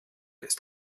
ist